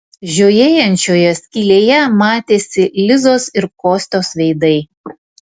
žiojėjančioje skylėje matėsi lizos ir kostios veidai